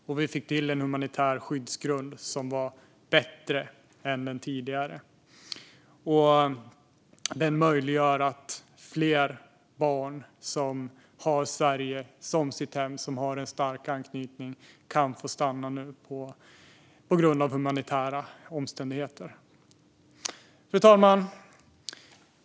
Vi fick också till en humanitär skyddsgrund som är bättre än den tidigare. Den möjliggör att fler barn som har Sverige som sitt hem och har en stark anknytning nu kan få stanna på grund av humanitära omständigheter. Fru talman!